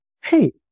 hey